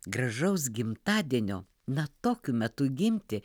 gražaus gimtadienio na tokiu metu gimti